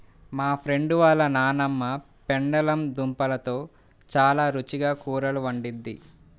మా ఫ్రెండు వాళ్ళ నాన్నమ్మ పెండలం దుంపలతో చాలా రుచిగా కూరలు వండిద్ది